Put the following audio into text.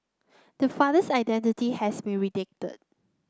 the father's identity has been redacted